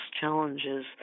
challenges